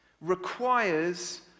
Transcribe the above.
requires